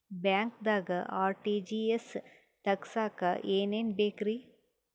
ಬ್ಯಾಂಕ್ದಾಗ ಆರ್.ಟಿ.ಜಿ.ಎಸ್ ತಗ್ಸಾಕ್ ಏನೇನ್ ಬೇಕ್ರಿ?